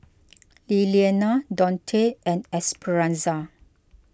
Lillianna Donte and Esperanza